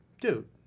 dude